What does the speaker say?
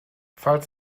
falls